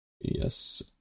Yes